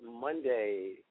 Monday